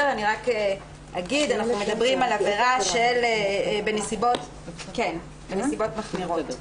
אנחנו מדברים על עבירה בנסיבות מחמירות.